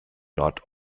nord